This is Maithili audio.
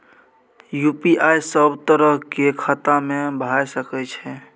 यु.पी.आई सब तरह के खाता में भय सके छै?